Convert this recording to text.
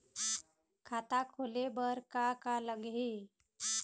खाता खोले बर का का लगही?